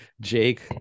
jake